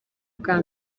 bwa